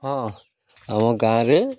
ହଁ ଆମ ଗାଁରେ